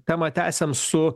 temą tęsiam su